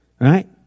right